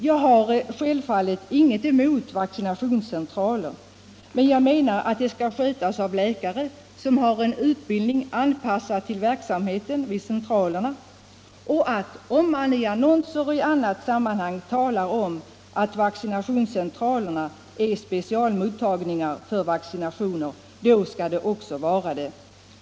Jag har självfallet ingenting emot vaccinationscentraler, men jag menar att de skall skötas av läkare som har en utbildning anpassad till verksamheten vid centralerna. Om man i annonser och i andra sammanhang talar om att vaccinationscentralerna är specialmottagningar för vaccinationer, då skall de också vara det.